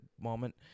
moment